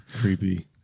creepy